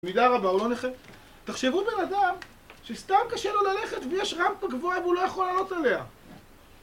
במידה רבה הוא לא נכה. תחשבו בן אדם שסתם קשה לו ללכת ויש רמפה גבוהה והוא לא יכול לעלות עליה.